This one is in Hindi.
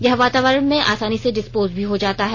यह वातावरण में आसानी से डिस्पोज भी हो जाता है